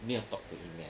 没有 talk to inmate